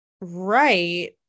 right